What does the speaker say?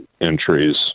entries